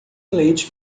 eleitos